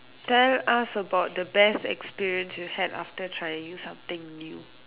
tell us about the best experience you had after trying something new